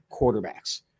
quarterbacks